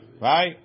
Right